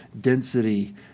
density